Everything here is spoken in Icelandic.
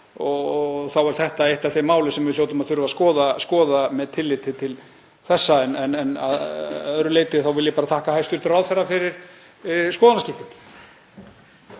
og þá er þetta eitt af þeim málum sem við hljótum að þurfa að skoða með tilliti til þessa. En að öðru leyti vil ég bara þakka hæstv. ráðherra fyrir skoðanaskiptin.